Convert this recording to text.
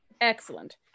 Excellent